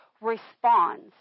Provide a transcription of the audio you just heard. responds